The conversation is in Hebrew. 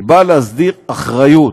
היא באה להסדיר אחריות.